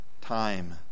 Time